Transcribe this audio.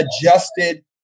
adjusted